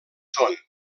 són